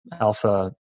alpha